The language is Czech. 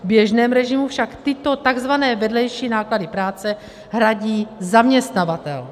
V běžném režimu však tyto takzvané vedlejší náklady práce hradí zaměstnavatel.